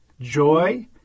joy